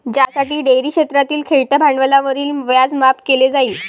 ज्यासाठी डेअरी क्षेत्रातील खेळत्या भांडवलावरील व्याज माफ केले जाईल